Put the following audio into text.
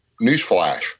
newsflash